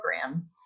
program